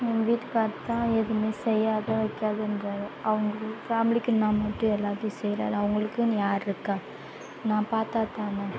என் வீட்டுக்கார் தான் எதுவுமே செய்யாத வைக்காதன்றாங்க அவங்களுடைய ஃபேமிலிக்கு நம்ம எப்படி எல்லாத்தையும் செய்றார் அவங்களுக்குன்னு யார் இருக்கா நான் பார்த்தா தானே